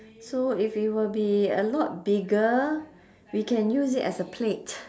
so if it were be a lot bigger we can use it as a plate